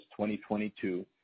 2022